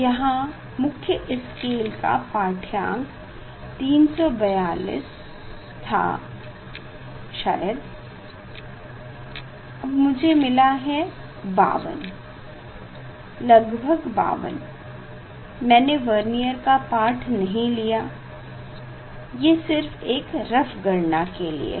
यहाँ मुख्य स्केल का पाढ़यांक 342 था शायद और अब मुझे मिला 52 लगभग 52 मैने अभी वर्नियर का पाठ नहीं लिए ये सिर्फ एक रफ गणना के लिए है